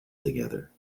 together